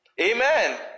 Amen